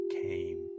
came